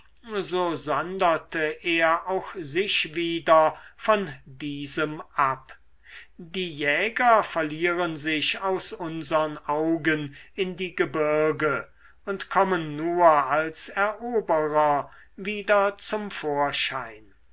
so sonderte er auch sich wieder von diesem ab die jäger verlieren sich aus unsern augen in die gebirge und kommen nur als eroberer wieder zum vorschein